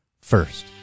first